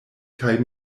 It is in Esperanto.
kaj